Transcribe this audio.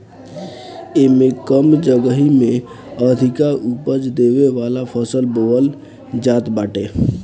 एमे कम जगही में अधिका उपज देवे वाला फसल बोअल जात बाटे